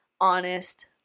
honest